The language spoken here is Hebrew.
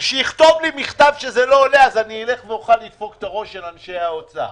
שיכתוב לי מכתב שזה לא עולה אז אוכל לדפוק על הראש של אנשי האוצר.